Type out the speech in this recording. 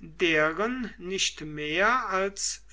deren nicht mehr als